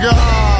God